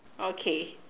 okay